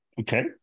Okay